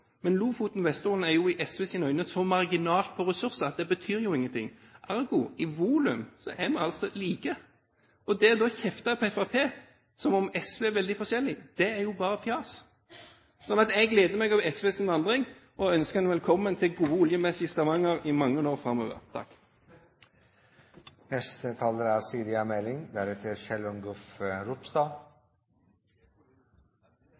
Men Lofoten og Vesterålen er jo i SVs øyne så marginalt på ressurser at det betyr ingenting, ergo i volum er vi like. Det da å kjefte på Fremskrittspartiet som om SV er veldig forskjellig, er jo bare fjas. Så jeg gleder meg over SVs vandring, og ønsker dem velkommen til gode oljemesser i Stavanger i mange år framover.